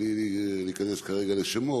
בלי להיכנס כרגע לשמות,